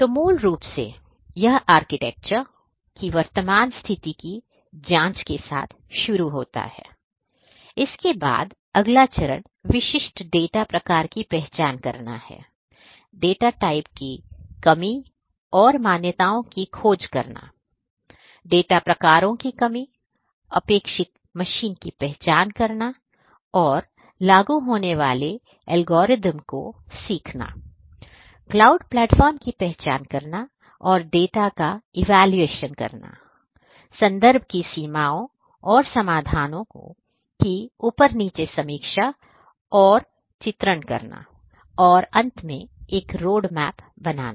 तो मूल रूप से यहआर्किटेक्चर की वर्तमान स्थिति की जांच के साथ शुरू होता है इसके बाद अगला चरण विशिष्ट डेटा प्रकार की पहचान करने का है डाटा टाइप की की कमी और मान्यताओं की खोज करना और डेटा प्रकारों की कमी अपेक्षित मशीन की पहचान करना और लागू होने वाले एल्गोरिथ्म को सीखना क्लाउड प्लेटफॉर्म की पहचान करना और डेटा का इवैल्यूएशन करना संदर्भ की सीमाओं और समाधानओं की ऊपर नीचे समीक्षा और चित्रण करना और एक रोड मैप बनाना